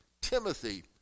Timothy